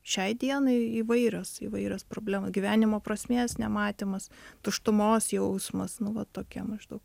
šiai dienai įvairios įvairios problema gyvenimo prasmės nematymas tuštumos jausmas nu vat tokie maždaug